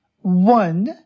One